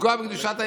לפגוע בקדושת הייחוס,